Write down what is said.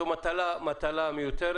זאת מטלה מיותרת.